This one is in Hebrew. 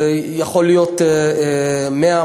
זה יכול להיות 100,